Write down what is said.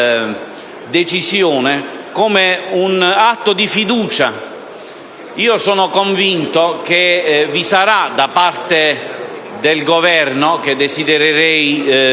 questa decisione come un atto di fiducia. Sono convinto che vi sarada parte del Governo, che desidererei